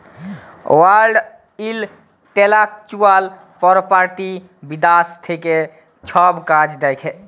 world intellectual property বিদ্যাশ থ্যাকে ছব কাজ দ্যাখে